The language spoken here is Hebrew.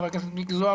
חבר הכנסת מיקי זוהר,